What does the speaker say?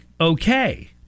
okay